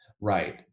right